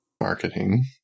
Marketing